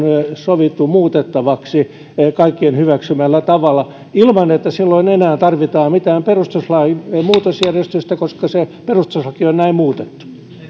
sovittu muutettavaksi kaikkien hyväksymällä tavalla ilman että silloin enää tarvitaan mitään perustuslain muutosjärjestystä koska se perustuslaki on näin muutettu